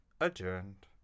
Adjourned